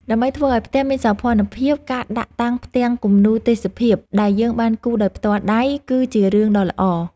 ដើម្បីធ្វើឲ្យផ្ទះមានសោភ័ណភាព ការដាក់តាំងផ្ទាំងគំនូរទេសភាពដែលយើងបានគូរដោយផ្ទាល់ដៃគឺជារឿងដ៏ល្អ។